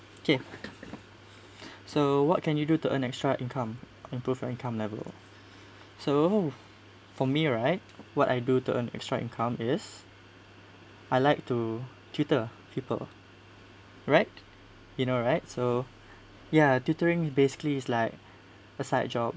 okay so what can you do to earn extra income or improve your income level so for me right what I do to earn extra income is I like to tutor people right you know right so ya tutoring basically it's like a side job